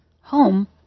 home